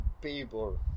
people